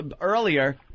earlier